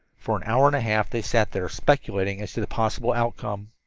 for an hour and a half they sat there, speculating as to the possible outcome.